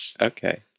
Okay